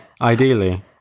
ideally